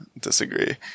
disagree